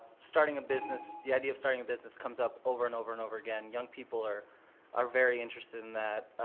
starting a business, the idea of starting a business comes up over and over and over again. young people are are very interested in that.